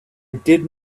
did